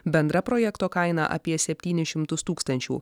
bendra projekto kaina apie septynis šimtus tūkstančių